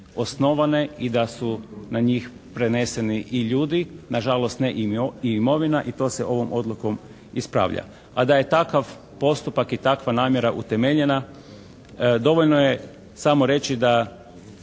osnovane i da su na njih preneseni i ljudi, na žalost ne i imovina i to se ovom odlukom ispravlja. A da je takav postupak i takva namjera utemeljena dovoljno je samo reći da